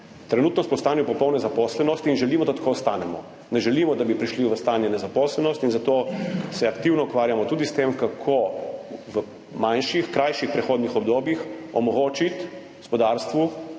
trenutno smo v stanju popolne zaposlenosti in želimo, da tako ostanemo. Ne želimo, da bi prišli v stanje nezaposlenosti. Zato se aktivno ukvarjamo tudi s tem, kako v manjših, krajših prehodnih obdobjih omogočiti gospodarstvu,